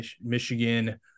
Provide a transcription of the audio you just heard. Michigan